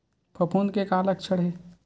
फफूंद के का लक्षण हे?